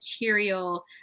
material